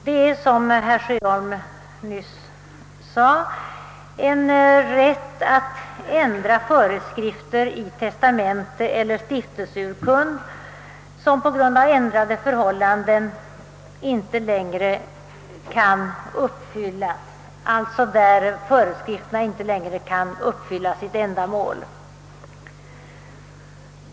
Som herr Sjöholm nyss framhöll är permutation en rätt att ändra föreskrifter i testamente eller stiftelseurkund som på grund av ändrade förhållanden inte längre kan uppfyllas.